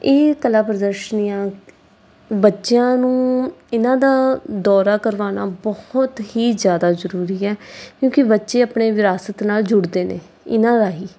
ਇਹ ਕਲਾ ਪ੍ਰਦਰਸ਼ਨੀਆਂ ਬੱਚਿਆਂ ਨੂੰ ਇਹਨਾਂ ਦਾ ਦੌਰਾ ਕਰਵਾਉਣਾ ਬਹੁਤ ਹੀ ਜ਼ਿਆਦਾ ਜ਼ਰੂਰੀ ਹੈ ਕਿਉਂਕਿ ਬੱਚੇ ਆਪਣੇ ਵਿਰਾਸਤ ਨਾਲ ਜੁੜਦੇ ਨੇ ਇਹਨਾਂ ਰਾਹੀਂ